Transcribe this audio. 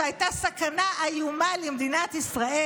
שהייתה סכנה איומה למדינת ישראל.